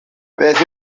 beth